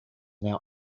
now